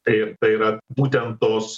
tai yra būtent tos